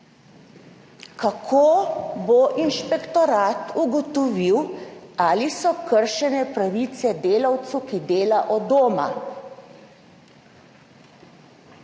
Kako bo inšpektorat ugotovil, ali so kršene pravice delavcu, ki dela od doma?